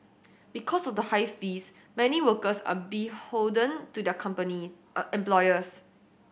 because of the high fees many workers are beholden to their company employers